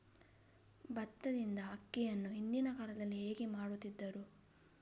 ಭತ್ತದಿಂದ ಅಕ್ಕಿಯನ್ನು ಹಿಂದಿನ ಕಾಲದಲ್ಲಿ ಹೇಗೆ ಮಾಡುತಿದ್ದರು?